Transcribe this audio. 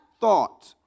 thought